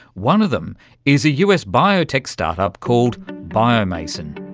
one of them is a us biotech start-up called biomason.